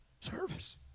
service